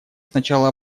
сначала